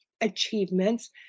achievements